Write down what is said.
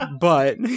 but-